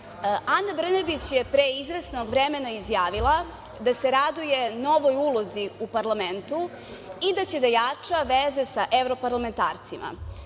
Brnabić je pre izvesnog vremena izjavila da se raduje novoj ulozi u parlamentu, i da će da jača veze sa evroparlamentarcima.